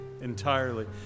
entirely